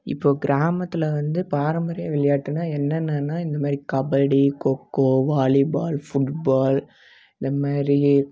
இப்போது கிராமத்தில் வந்து பாரம்பரிய விளையாட்டுனால் என்னென்னனால் இந்த மாதிரி kabaddi kho kho volleyball football இந்த மாதிரி